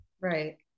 Right